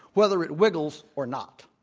whether it wiggles or not.